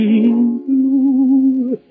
blue